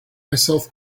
myself